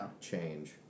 change